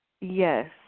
Yes